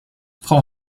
frau